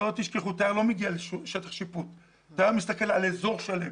אל תשכחו שתייר שלא מגיע לשטח שיפוט אלא הוא מסתכל על אזור שלם.